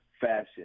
fashion